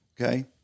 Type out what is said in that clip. Okay